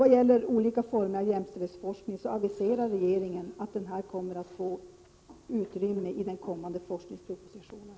Vad gäller olika former av jämställdhetsforskning aviserar regeringen att den forskningen kommer att få utrymme i den kommande forskningspropositionen.